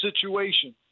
situation